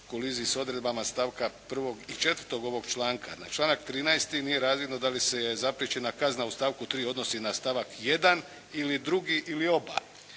koaliziji s odredbama stavka 1. i 4. ovog članka. Na članak 13. nije razvidno da li se je zapriječena kazna u stavku 3. odnosi na stavak 1. ili drugi